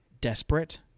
desperate